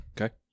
Okay